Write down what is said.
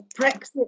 Brexit